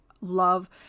love